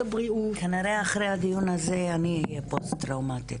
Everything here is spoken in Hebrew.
כנראה אחרי הדיון הזה אני אהיה פוסט טראומטית.